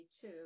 two